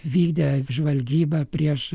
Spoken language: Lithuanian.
vykdė žvalgybą prieš